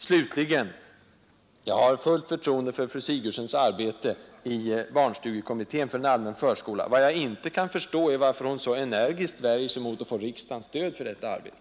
Slutligen: jag har fullt förtroende för fru Sigurdsens arbete i barnstugekommittén för en allmän förskola. Vad jag inte kan förstå är varför hon så energiskt värjer sig mot att få riksdagens stöd för detta arbete.